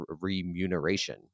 remuneration